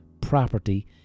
property